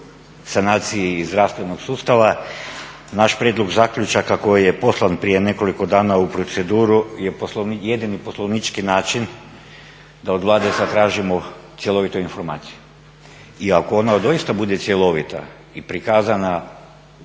sanaciji i zdravstvenog sustava naš prijedlog zaključaka koji je poslan prije nekoliko dana u proceduru je jedini poslovnički način da od Vlade zatražimo cjelovitu informaciju. I ako ona doista bude cjelovita i prikazana,